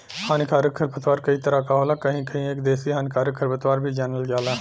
हानिकारक खरपतवार कई तरह क होला कहीं कहीं एके देसी हानिकारक खरपतवार भी जानल जाला